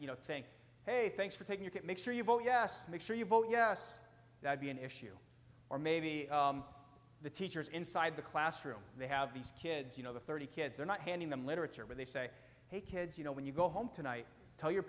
you know saying hey thanks for taking make sure you vote yes make sure you vote yes that would be an issue or maybe the teachers inside the classroom they have these kids you know the thirty kids they're not handing them literature but they say hey kids you know when you go home tonight tell your